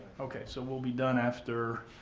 okay. so, we'll be done after